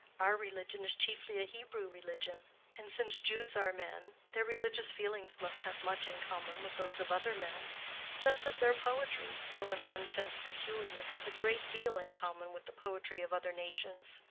our religion is chiefly a hebrew religion and since jews are men, their religious feelings must have much in common with those of other men just as their poetry, though in one sense peculiar, has a great deal in common with the poetry of other nations.